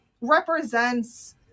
represents